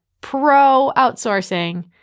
pro-outsourcing